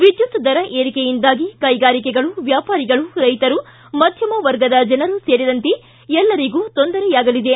ವಿದ್ಯುತ್ ದರ ಏರಿಕೆಯಿಂದಾಗಿ ಕೈಗಾರಿಕೆಗಳು ವ್ಯಾಪಾರಿಗಳು ರೈತರು ಮಧ್ಯಮ ವರ್ಗದ ಜನರೂ ಸೇರಿದಂತೆ ಎಲ್ಲರಿಗೂ ತೊಂದರೆಯಾಗಲಿದೆ